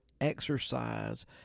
exercise